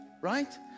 right